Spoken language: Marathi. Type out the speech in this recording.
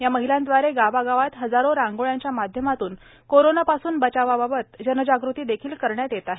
या महिलांदवारे गावागावात हजारो रांगोळ्यांच्या माध्यमातून कोरोणापासून बचावाबाबत जनजाग़ती देखील केली जात आहे